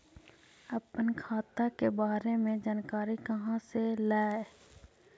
अपन खाता के बारे मे जानकारी कहा से ल?